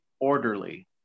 orderly